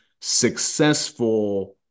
successful